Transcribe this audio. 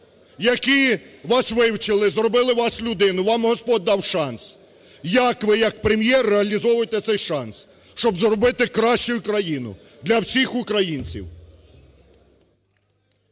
які вас вивчили, зробили з вас людину. Вам Господь дав шанс. Як ви як Прем'єр реалізовуєте цей шанс, щоб зробити кращою країну для всіх українців?